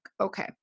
okay